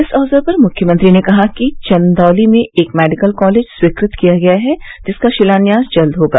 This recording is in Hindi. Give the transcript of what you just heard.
इस अवसर पर मुख्यमंत्री ने कहा कि चन्दौली में एक मेडिकल कॉलेज स्वीकृत किया गया है जिसका शिलान्यास जल्द होगा